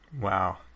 Wow